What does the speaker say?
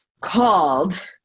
called